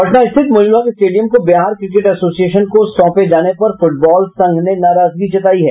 पटना स्थित मोईनुलहक स्टेडियम को Bihar cricket association को सौंपे जाने पर फुटबॉल संघ ने नाराजगी जताई है